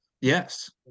Yes